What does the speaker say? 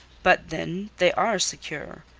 but, then, they are secure.